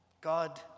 God